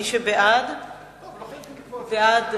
מי שבעד, בעד,